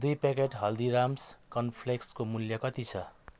दई packet Haldiram's corn फ्लेक्सको मूल्य कति छ